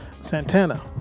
Santana